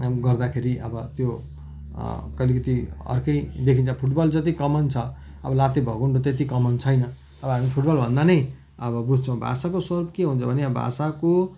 गर्दाखेरि अब त्यो अलिकति अर्कै देखिन्छ फुट बल जति कमन छ अब लात्ते भकुन्डो त्यति कमन छैन अब हामी फुट बल भन्दा नै अब बुझ्छौँ भाषाको स्वरूप के हुन्छ भने भाषाको